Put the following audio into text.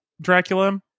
Dracula